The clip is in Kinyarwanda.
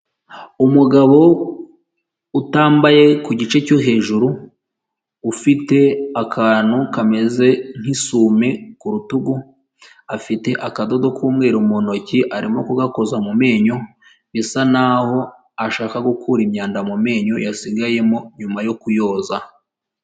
Umugabo utambaye ku gice cyo hejuru, ufite akantu kameze nk'isume ku rutugu, afite akadodo k'umweru mu ntoki arimo kugakoza mu menyo bisa naho ashaka gukura imyanda mu menyo yasigayemo nyuma yo kuyoza.